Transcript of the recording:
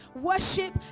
worship